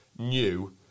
New